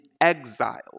exiled